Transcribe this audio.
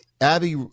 Abby